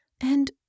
And